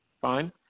fine